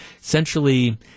essentially –